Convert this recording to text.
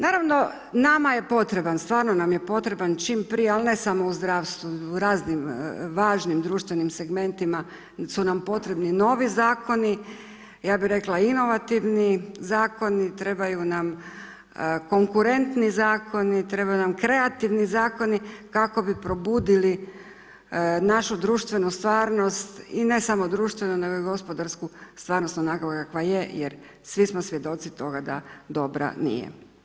Naravno, nama je potreban, stvarno nam je potreban čim prije ali ne samo u zdravstvu, u raznim važnim društvenim segmentima su nam potrebni novi zakoni, ja bi rekla inovativni zakoni, trebaju nam konkurentni zakoni, trebaju nam kreativni zakoni kako bi probudili našu društvenu stvarnosti i ne samo društvenu nego i gospodarsku stvarnost onakvu kakva je jer svi smo svjedoci toga da dobra nije.